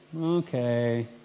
okay